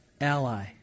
ally